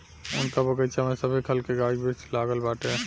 उनका बगइचा में सभे खल के गाछ वृक्ष लागल बाटे